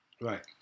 Right